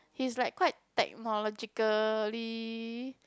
he's like quite technologically